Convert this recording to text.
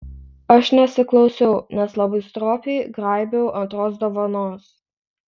aš nesiklausiau nes labai stropiai graibiau antros dovanos